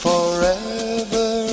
Forever